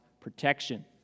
protection